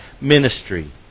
ministry